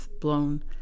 blown